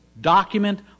document